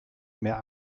mehr